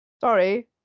Sorry